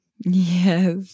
Yes